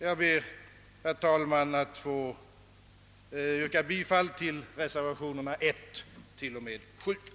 Jag ber, herr talman, att få yrka bifall till reservationerna 1 t.o.m. 5 och till reservation nr 7.